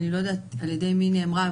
אני לא יודעת על ידי מי היא נאמרה,